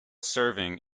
serving